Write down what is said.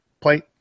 plate